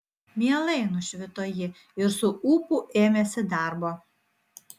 mielai nušvito ji ir su ūpu ėmėsi darbo